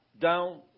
down